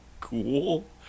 cool